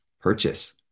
purchase